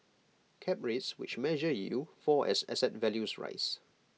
cap rates which measure yield fall as asset values rise